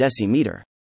decimeter